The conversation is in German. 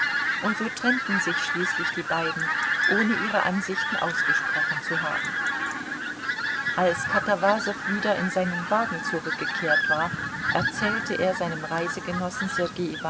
und so trennten sich schließlich die beiden ohne ihre ansichten ausgesprochen zu haben als katawasow wieder in seinen wagen zurückgekehrt war erzählte er seinem reisegenossen